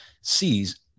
sees